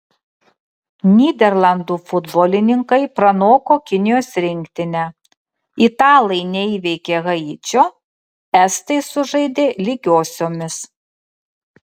nyderlandų futbolininkai pranoko kinijos rinktinę italai neįveikė haičio estai sužaidė lygiosiomis